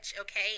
okay